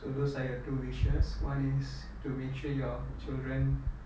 so those are your two wishes one is to make sure your children